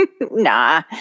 Nah